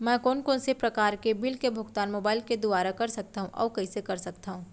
मैं कोन कोन से प्रकार के बिल के भुगतान मोबाईल के दुवारा कर सकथव अऊ कइसे कर सकथव?